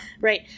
Right